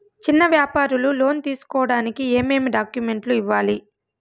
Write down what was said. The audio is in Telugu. చిన్న వ్యాపారులు లోను తీసుకోడానికి ఏమేమి డాక్యుమెంట్లు ఇవ్వాలి?